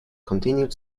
continued